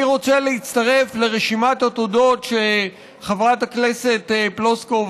אני רוצה להצטרף לרשימת התודות של חברת הכנסת פלוסקוב: